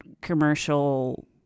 commercial